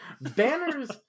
Banners